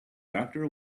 doctor